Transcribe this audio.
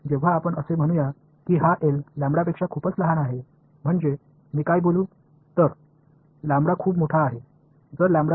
எனவே எடுத்துக்காட்டாக இந்த Lவிட மிகச் சிறியது என்று சொல்லும்போது அதாவது நான் என்ன சொல்ல முடியும்